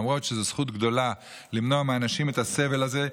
למרות שזה זכות גדולה למנוע מאנשים את הסבל הזה.